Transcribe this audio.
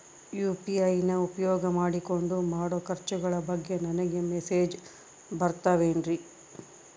UPI ನ ಉಪಯೋಗ ಮಾಡಿಕೊಂಡು ಮಾಡೋ ಖರ್ಚುಗಳ ಬಗ್ಗೆ ನನಗೆ ಮೆಸೇಜ್ ಬರುತ್ತಾವೇನ್ರಿ?